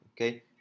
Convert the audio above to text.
okay